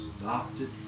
adopted